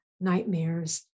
nightmares